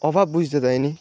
অভাব বুঝতে দেয়নি